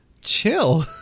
Chill